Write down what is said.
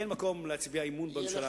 אין מקום להצביע אמון בממשלה הזאת.